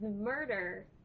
murder